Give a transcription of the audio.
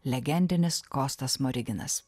legendinis kostas smoriginas